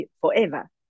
forever